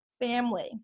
family